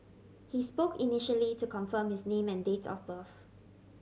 he spoke initially to confirm his name and date of birth